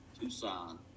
Tucson